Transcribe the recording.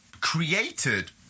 created